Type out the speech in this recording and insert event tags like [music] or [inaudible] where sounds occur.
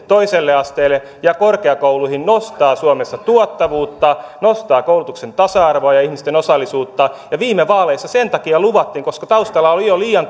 toiselle asteelle ja korkeakouluihin nostaa suomessa tuottavuutta nostaa koulutuksen tasa arvoa ja ihmisten osallisuutta viime vaaleissa sen takia luvattiin koska taustalla olivat jo liian [unintelligible]